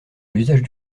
l’usage